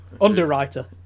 Underwriter